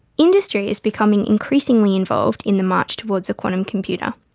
industry is becoming increasingly involved in the march towards a quantum computer.